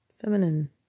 feminine